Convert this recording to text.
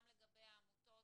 גם לגבי העמותות.